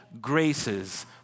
graces